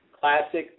Classic